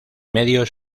medio